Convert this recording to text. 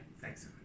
Thanks